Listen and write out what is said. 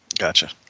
Gotcha